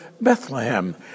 Bethlehem